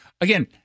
Again